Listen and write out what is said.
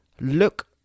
look